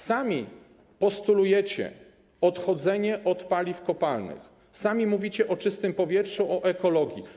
Sami postulujecie odchodzenie od paliw kopalnych, mówicie o czystym powietrzu, o ekologii.